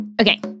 Okay